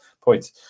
points